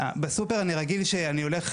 בסופר אני רגיל שאני הולך,